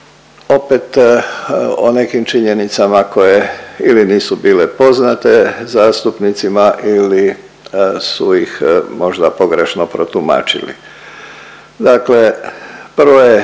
opet o nekim činjenicama koje ili nisu bile poznate zastupnicima ili su ih možda pogrešno protumačili. Dakle, prvo je